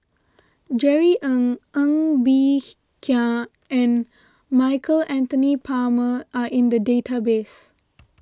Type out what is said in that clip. Jerry Ng Ng Bee Kia and Michael Anthony Palmer are in the database